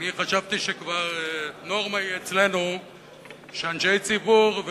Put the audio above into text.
אני חשבתי שכבר נורמה היא אצלנו שאנשי ציבור,